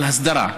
על הסדרה?